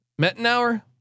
Mettenauer